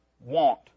want